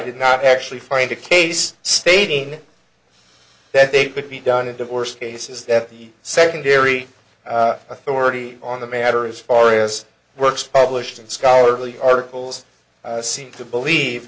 did not actually find a case stating that they could be done in divorce cases that the secondary authority on the matter is far less works published in scholarly articles seem to believe